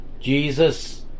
Jesus